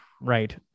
right